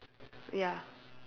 ya